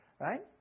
Right